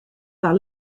par